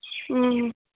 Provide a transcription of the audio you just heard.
ᱦᱮᱸ